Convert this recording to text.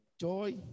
joy